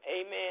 Amen